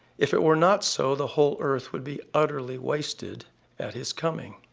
if it were not so, the whole earth would be utterly wasted at his coming.